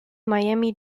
miami